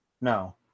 no